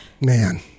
Man